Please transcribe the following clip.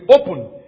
open